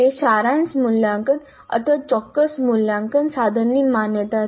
તે સારાંશ મૂલ્યાંકન અથવા ચોક્કસ મૂલ્યાંકન સાધનની માન્યતા છે